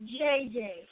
JJ